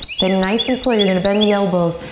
then nice and slow, you're gonna bend the elbows.